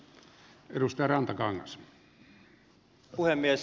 arvoisa puhemies